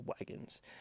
wagons